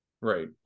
right